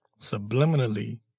subliminally